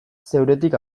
zeuretik